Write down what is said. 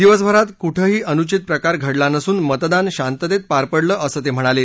दिवसभरात कुठंही अनुचित प्रकार घडला नसून मतदान शांततेत पार पडलं असं ते म्हणाले